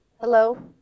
Hello